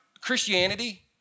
Christianity